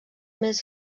més